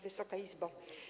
Wysoka Izbo!